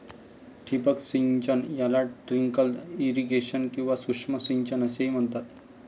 ठिबक सिंचन याला ट्रिकल इरिगेशन किंवा सूक्ष्म सिंचन असेही म्हणतात